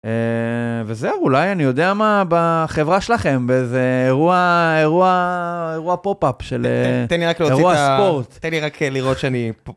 אה... וזהו. אולי אני יודע מה? בחברה שלכם, באיזה אירוע, אירוע... אירוע פופ-אפ, של אה... תן-תן לי רק להוצ- אירוע ספורט. תן לי רק, אה, לראות שאני...